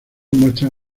muestran